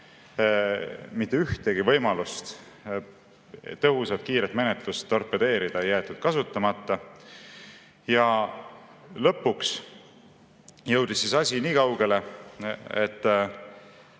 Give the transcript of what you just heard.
Mitte ühtegi võimalust tõhusat kiiret menetlust torpedeerida ei jäetud kasutamata. Ja lõpuks jõudis asi niikaugele, et